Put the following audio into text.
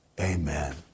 amen